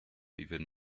even